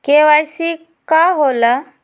KYC का होला?